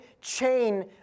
chain